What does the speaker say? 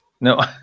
No